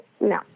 no